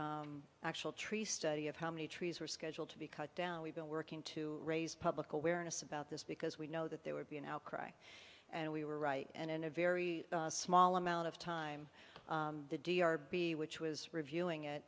actual tree study of how many trees were scheduled to be cut down we've been working to raise public awareness about this because we know that there would be an outcry and we were right and in a very small amount of time the d r b which was reviewing